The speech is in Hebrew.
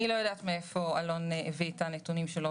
אני לא יודעת מאיפה אלון דור הביא את הנתונים שלו